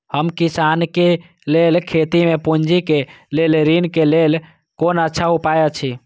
हम किसानके लेल खेती में पुंजी के लेल ऋण के लेल कोन अच्छा उपाय अछि?